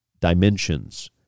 dimensions